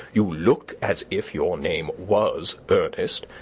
you look as if your name was ernest.